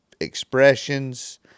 expressions